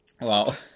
Wow